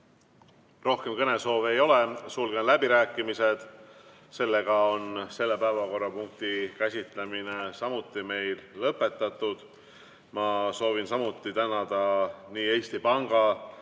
Rohkem kõnesoove ei ole, sulgen läbirääkimised. Selle päevakorrapunkti käsitlemine on meil lõpetatud. Ma soovin samuti tänada Eesti Panga